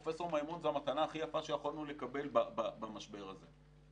פרופ' מימון זו המתנה הכי יפה שיכולנו לקבל במשבר הזה.